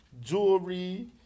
jewelry